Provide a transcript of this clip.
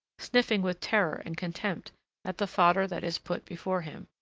sniffing with terror and contempt at the fodder that is put before him,